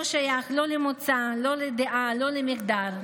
ולא שייך לא למוצא, לא לדעה, לא למגדר.